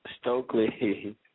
Stokely